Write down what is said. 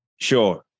Sure